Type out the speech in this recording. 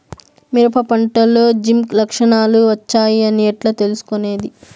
మిరప పంటలో జింక్ లక్షణాలు వచ్చాయి అని ఎట్లా తెలుసుకొనేది?